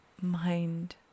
mind